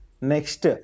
next